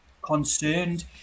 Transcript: concerned